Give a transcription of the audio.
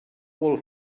vol